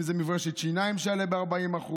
אם זה מברשת שיניים שתעלה ב-40%,